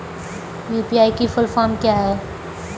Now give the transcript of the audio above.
UPI की full form क्या है?